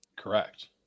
correct